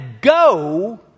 go